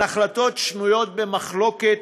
על החלטות שנויות במחלוקת